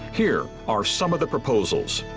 here are some of the proposals.